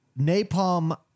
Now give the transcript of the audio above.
Napalm